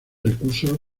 recursos